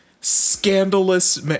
scandalous